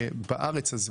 בארץ הזו.